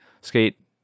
Skate